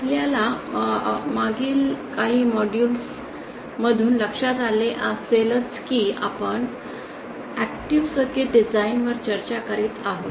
आपल्याला मागील काही मॉड्यूल्स मधून लक्षात आले असेलच की आपण ऍक्टिव्ह सर्किट डिझाइन वर चर्चा करीत आहोत